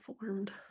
formed